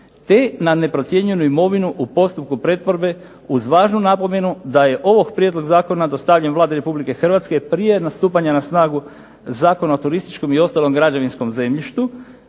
te na neprocijenjenu imovinu u postupku pretvorbe uz važnu napomenu, da je ovaj prijedlog zakona dostavljen Vladi Republike Hrvatske prije stupanja na snagu Zakona o turističkom i ostalom građevinskom zemljištu